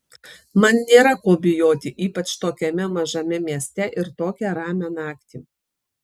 man nėra ko bijoti ypač tokiame mažame mieste ir tokią ramią naktį